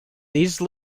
these